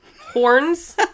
horns